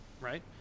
Right